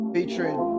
Featuring